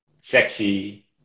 sexy